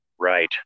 Right